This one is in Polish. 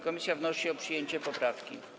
Komisja wnosi o przyjęcie poprawki.